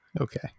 Okay